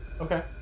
Okay